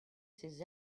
ses